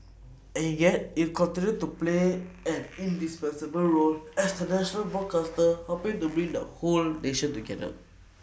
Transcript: and yet it'll continue to play an indispensable role as the national broadcaster helping to bring the whole nation together